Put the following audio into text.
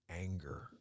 anger